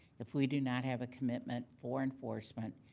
if we do not have a commitment for enforcement,